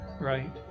right